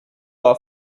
are